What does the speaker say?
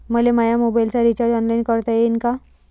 मले माया मोबाईलचा रिचार्ज ऑनलाईन करता येईन का?